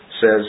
says